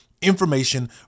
Information